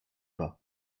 pas